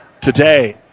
today